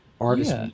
artist's